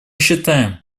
считаем